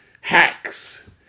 hacks